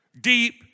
deep